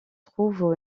trouvent